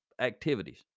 activities